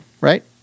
Right